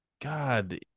God